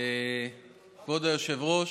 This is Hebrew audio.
כבוד היושבת-ראש,